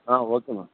okay ma'am